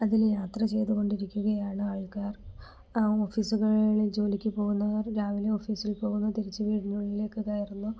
അതിൽ യാത്ര ചെയ്തുകൊണ്ടിരിക്കുകയാണ് ആൾക്കാർ ഓഫീസുകളിൽ ജോലിക്ക് പോകുന്നവർ രാവിലെ ഓഫീസിൽ പോകുന്നു തിരിച്ച് വീടിനുള്ളിലേക്ക് കയറുന്നു